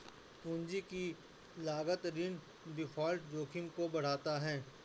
पूंजी की लागत ऋण डिफ़ॉल्ट जोखिम को बढ़ाता है